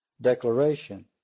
declaration